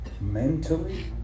mentally